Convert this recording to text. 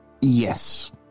Yes